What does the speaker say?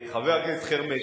חבר הכנסת חרמש,